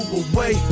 away